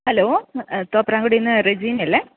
hello തോപ്രാംകുടിയിൽ നിന്ന് റജീനയല്ലേ